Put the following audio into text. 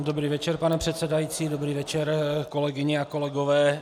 Dobrý večer, pane předsedající, dobrý večer, kolegyně a kolegové.